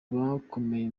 bakomeye